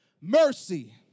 Mercy